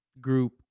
group